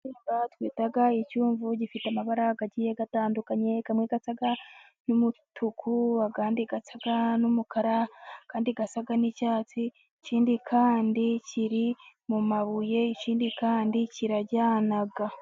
Igisimba twita icyumvu gifite amabara agiye atandukanye, amwe asa n'umutuku, andi asa n'umukara, andi asa n'icyatsi . Ikindi kandi kiri mu mabuye, ikindi kandi kiraryana.